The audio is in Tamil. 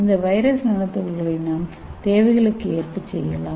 இந்த வைரஸ் நானோ துகள்களை நம் தேவைகளுக்கு ஏற்ப செய்யலாம்